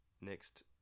Next